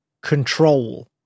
control